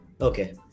okay